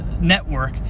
network